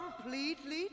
completely